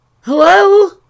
Hello